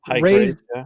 raised